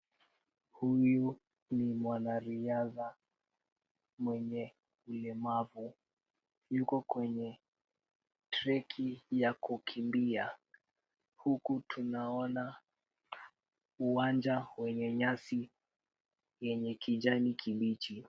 Huyu ni mwanariadha mwenye ulemavu. Yuko kwenye treki ya kukimbia huku tunaona uwanja wenye nyasi yenye kijani kibichi.